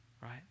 right